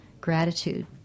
gratitude